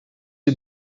you